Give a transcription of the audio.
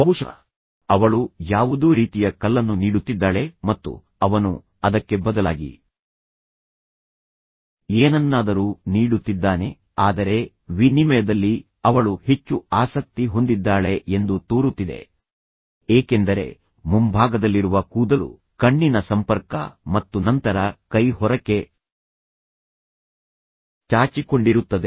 ಬಹುಶಃ ಅವಳು ಯಾವುದೋ ರೀತಿಯ ಕಲ್ಲನ್ನು ನೀಡುತ್ತಿದ್ದಾಳೆ ಮತ್ತು ಅವನು ಅದಕ್ಕೆ ಬದಲಾಗಿ ಏನನ್ನಾದರೂ ನೀಡುತ್ತಿದ್ದಾನೆ ಆದರೆ ವಿನಿಮಯದಲ್ಲಿ ಅವಳು ಹೆಚ್ಚು ಆಸಕ್ತಿ ಹೊಂದಿದ್ದಾಳೆ ಎಂದು ತೋರುತ್ತಿದೆ ಏಕೆಂದರೆ ಮುಂಭಾಗದಲ್ಲಿರುವ ಕೂದಲು ಕಣ್ಣಿನ ಸಂಪರ್ಕ ಮತ್ತು ನಂತರ ಕೈ ಹೊರಕ್ಕೆ ಚಾಚಿಕೊಂಡಿರುತ್ತದೆ